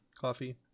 coffee